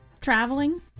traveling